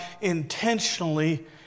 intentionally